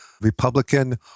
Republican